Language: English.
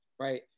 Right